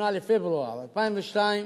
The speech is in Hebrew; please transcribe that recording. בפברואר 2002,